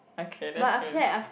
okay that's strange